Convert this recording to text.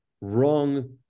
wrong